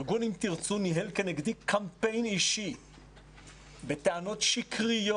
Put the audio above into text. וארגון "אם תרצו" ניהל כנגדי קמפיין אישי בטענות שקריות.